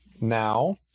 now